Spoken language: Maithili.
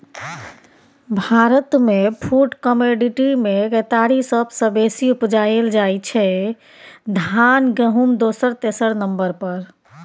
भारतमे फुड कमोडिटीमे केतारी सबसँ बेसी उपजाएल जाइ छै धान गहुँम दोसर तेसर नंबर पर